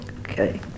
Okay